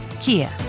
Kia